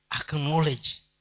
acknowledge